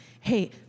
Hey